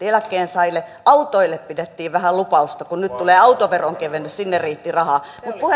eläkkeensaajille sataprosenttisesti autoille pidettiin vähän lupausta kun nyt tulee autoveron kevennys sinne riitti rahaa mutta